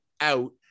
out